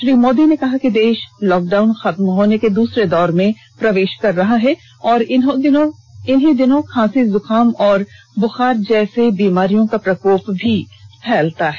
श्री मोदी ने कहा कि देश लॉकडाउन खत्म होने के दूसरे दौर में प्रवेश कर रहा है और इन्ही दिनों खांसी जुखाम और बुखार जैसी बीमारियों का प्रकोप भी फैल रहा है